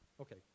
okay